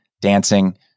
dancing